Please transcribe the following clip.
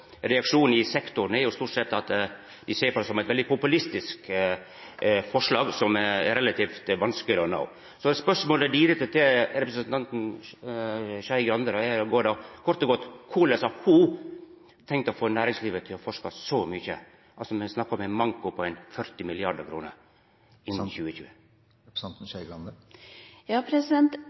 Reaksjonane i sektoren er stort sett at dei ser på det som eit veldig populistisk forslag, som er relativt vanskeleg å nå. Spørsmålet til Skei Grande er kort og godt: Korleis har ho tenkt å få næringslivet til å forska så mykje – me snakkar altså om ein manko på 40 mrd. kr – innan 2020? Venstre setter seg